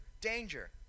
danger